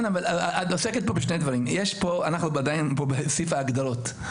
אנחנו עדיין פה בסעיף ההגדרות.